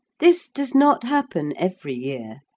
this does not happen every year,